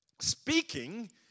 speaking